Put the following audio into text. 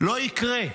לא יקרה,